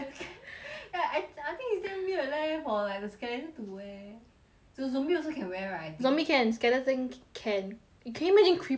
ya I I think it's damn weird leh for like the skeleton to wear zo~ zombie also can wear right I think zombie can skeleton ca~ can can you imagine creeper wearing armour